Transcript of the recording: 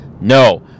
No